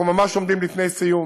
אנחנו ממש עומדים בפני סיום.